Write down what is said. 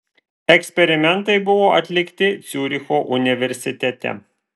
eksperimentai buvo atlikti ciuricho universitete